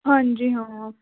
ਹਾਂਜੀ ਹਾਂ